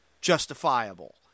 justifiable